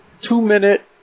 two-minute